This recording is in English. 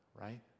right